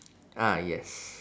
ah yes